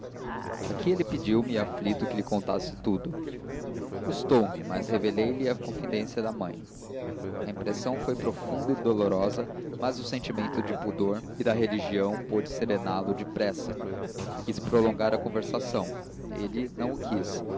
aqui ele pediu-me aflito que lhe contasse tudo custou-me mas revelei lhe a confidência da mãe a impressão foi profunda e dolorosa mas o sentimento do pudor e da religião pôde serená la depressa quis prolongar a conversação ele não o quis